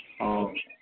ᱚᱼᱚ